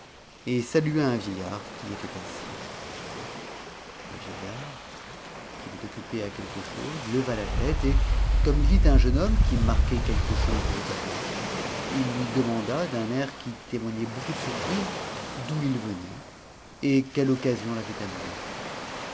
et salua un vieillard qui y était assis le vieillard qui était occupé à quelque chose leva la tête et comme il vit un jeune homme qui marquait quelque chose de grand il lui demanda d'un air qui témoignait beaucoup de surprise d'où il venait et quelle occasion l'avait amené